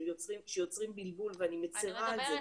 שיוצרים בלבול ואני מצרה על זה.